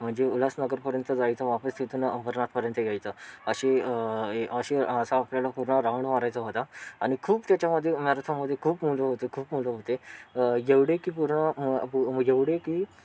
म्हणजे उल्हासनगर पर्यंत जायचं वापस तिथून अंबरनाथपर्यंत यायचं अशी अशी असा आपल्याला पुरा राउंड मारायचा होता आणि खूप त्याच्यामध्ये मॅरेथॉनमध्ये खूप मुलं होती खूप मुलं होती एवढे की पुढ येवढे की